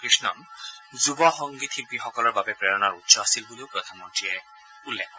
কৃষণ যুৱ সংগীত শিল্পীসকলৰ বাবে প্ৰেৰণাৰ উৎস আছিল বুলিও প্ৰধানমন্ত্ৰীয়ে উল্লেখ কৰে